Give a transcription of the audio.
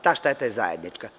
Ta šteta je zajednička.